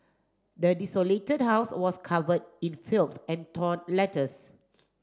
the desolated house was covered in filth and torn letters